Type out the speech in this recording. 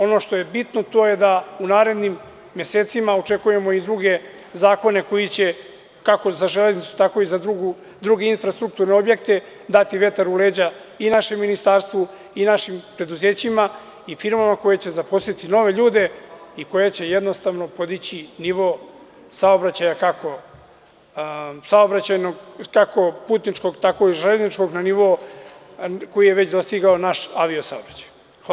Ono što je bitno to je da u narednim mesecima očekujemo i druge zakone koji će kako za železnicu tako i za druge infrastrukturne objekte dati vetar u leđa i našem ministarstvu i našim preduzećima i firmama koje će zaposliti nove ljude i koji će jednostavno podići nivo saobraćaja kako putničkog tako i železničkog na nivo koji je već dostigao naš avio saobraćaj.